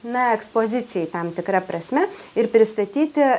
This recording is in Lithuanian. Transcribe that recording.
na ekspozicijai tam tikra prasme ir pristatyti